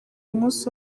umunsi